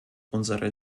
unsere